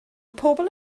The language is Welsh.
pobol